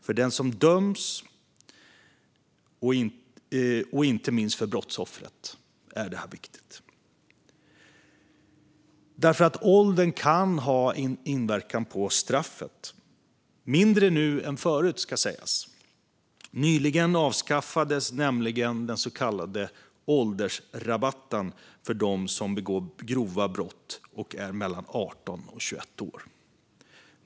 För den som döms, och inte minst för brottsoffret, är åldern viktig, därför att åldern kan ha inverkan på straffet, mindre nu än förut ska sägas. Nyligen avskaffades nämligen den så kallade åldersrabatten för dem som begår grova brott och är mellan 18 och 21 år.